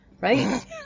right